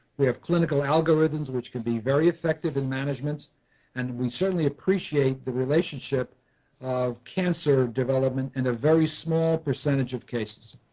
we have clinical algorithms which can be very effective in management and we certainly appreciate the relationship of cancer development in a very small percentage of cases.